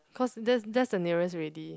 cause that's that's the nearest already